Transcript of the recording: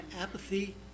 apathy